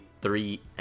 three